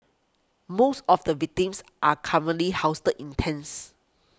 most of the victims are currently housed in tents